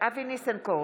אבי ניסנקורן,